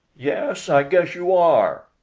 yes, i guess you are!